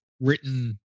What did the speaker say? written